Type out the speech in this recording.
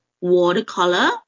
watercolor